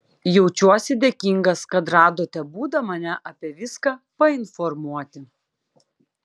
jaučiuosi dėkingas kad radote būdą mane apie viską painformuoti